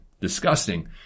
disgusting